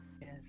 yes